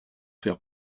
faire